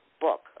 book